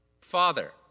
Father